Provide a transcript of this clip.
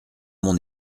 mon